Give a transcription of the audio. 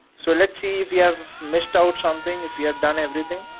so let's see if you have missed out something, if you have done everything.